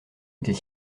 était